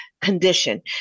condition